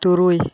ᱛᱩᱨᱩᱭ